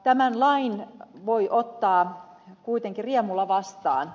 tämän lain voi ottaa kuitenkin riemulla vastaan